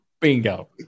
Bingo